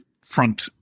front